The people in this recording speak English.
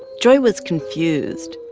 joy was confused.